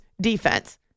defense